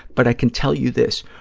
but i can tell you this.